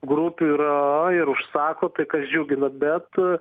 grupių yra ir užsako tai kas džiugina bet